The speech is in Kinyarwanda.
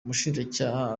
umushinjacyaha